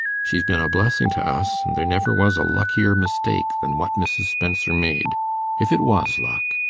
she's been a blessing to us, and there never was a luckier mistake than what mrs. spencer made if it was luck.